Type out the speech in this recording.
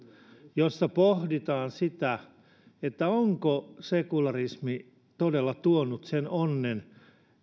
missä pohditaan sitä onko sekularismi todella tuonut sen onnen